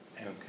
Okay